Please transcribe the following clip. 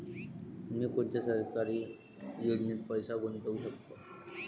मी कोनच्या सरकारी योजनेत पैसा गुतवू शकतो?